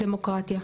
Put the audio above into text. דמוקרטיה,